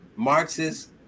Marxist